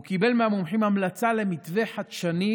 הוא קיבל מהמומחים המלצה למתווה חדשני,